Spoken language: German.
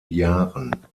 jahren